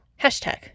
Hashtag